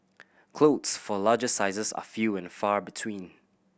clothes for larger sizes are few and far between